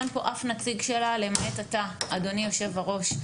אין כאן אף נציג שלה למעט אתה אדוני היושב ראש.